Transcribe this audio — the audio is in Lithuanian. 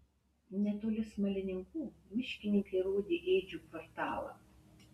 netoli smalininkų miškininkai rodė ėdžių kvartalą